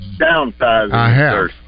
downsizing